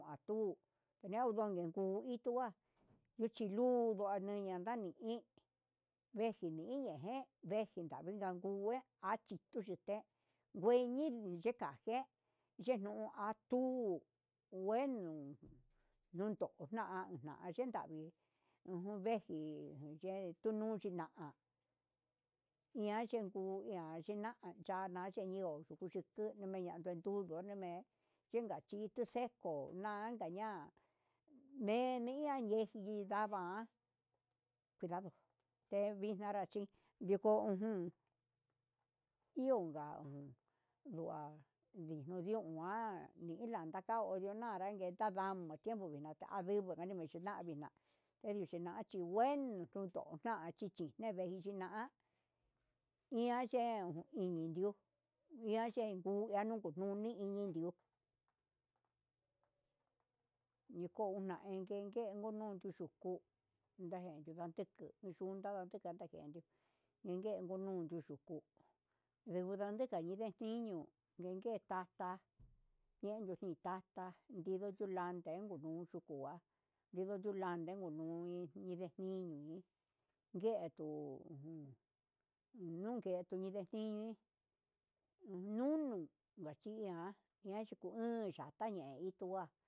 Kuatu ian nguniku ichelua nguchilu nguenña nani hí veji ni iña'a nguee veji nika kuña'a achi yité ngueni yi ndika jué kenuu atuu nguenu nuntu na'a yena nyundavii ujun veji yee yuyina'a ian chenguu yana yena yana yenio kundendia ndue kuu yonenme yinka chí he seco nianka ña'a menia ndeji nda'a, ndava'a cuidado tevina ntrachí viko uun ihonka koa ndiun ma'a nii ilanka nio onrio narangue nadamo chenu nunu kandivi neno nguchina'a enina chi nguenu tonga chichi veji china'a ian ye'e neni nguiu iha ye'e nanu kununi inde niu nikona enyeyen ndikoyu ndajen devanteku juaña ndegue junu duju juu ndukua nenka ñendee iñu ndeken yaxta yenujen tata nditulande ngunu ndukungua, nduku kulande ndenejui ñii ndetuu udnunke tuñe nguini ununu vachiya'a yachiu yatahe ichiua.